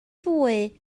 fwy